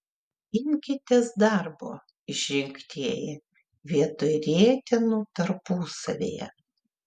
imkitės darbo išrinktieji vietoj rietenų tarpusavyje